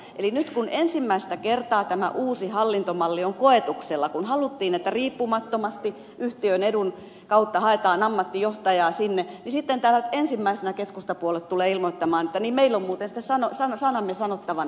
eli nyt kun ensimmäistä kertaa tämä uusi hallintomalli on koetuksella kun haluttiin että riippumattomasti yhtiön edun kautta haetaan ammattijohtajaa sinne niin sitten täällä ensimmäisenä keskustapuolue tulee ilmoittamaan että meillä on muuten siitä sanamme sanottavana